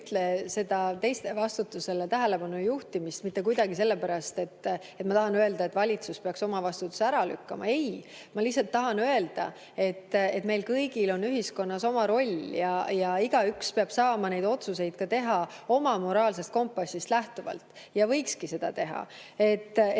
juhi teiste vastutusele tähelepanu mitte sellepärast, et ma tahaks öelda, et valitsus peaks endalt vastutuse ära lükkama. Ei! Ma lihtsalt tahan öelda, et meil kõigil on ühiskonnas oma roll ja igaüks peab saama neid otsuseid teha oma moraalsest kompassist lähtuvalt ja võikski seda teha. Ma